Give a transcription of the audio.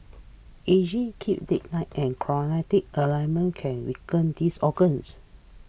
ageing keeping late nights and chromate ailments can weaken these organs